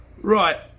Right